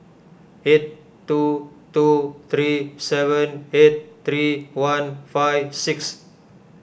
eight two two three seven eight three one five six